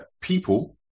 people